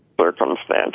circumstances